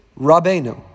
Rabbeinu